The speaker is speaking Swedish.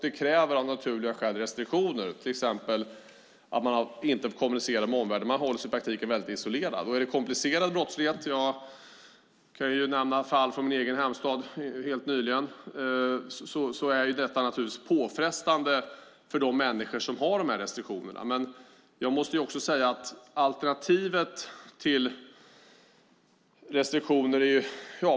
Det kräver av naturliga skäl restriktioner, till exempel att man inte kan kommunicera med omvärlden. Man hålls i praktiken väldigt isolerad. Är det komplicerad brottslighet - jag kan nämna fall från min hemstad som inträffat helt nyligen - är detta naturligtvis påfrestande för de människor som har restriktionerna. Vad är då alternativet till restriktioner?